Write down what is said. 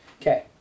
okay